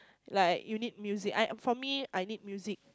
like you need music I for me I need music